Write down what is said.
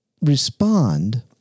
respond